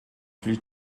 plus